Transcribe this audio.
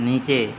नीचे